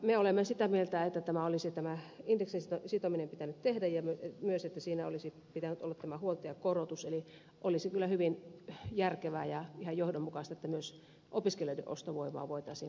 me olemme sitä mieltä että tämä indeksiin sitominen olisi pitänyt tehdä ja että siinä olisi pitänyt olla myös huoltajakorotus eli olisi kyllä hyvin järkevää ja johdonmukaista että myös opiskelijoiden ostovoimaa voitaisiin parantaa